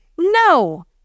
No